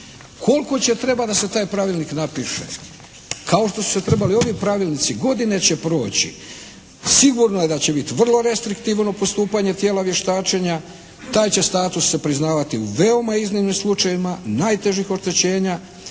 Koliko će trebati da se taj pravilnik napiše, kao što su se trebali ovi pravilnici. Godine će proći, sigurno je da će biti vrlo restriktivno postupanje tijela vještačenja, taj će status se priznavati u veoma iznimnim slučajevima najtežih oštećenja